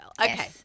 Okay